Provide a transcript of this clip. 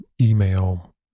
email